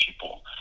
people